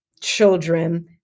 children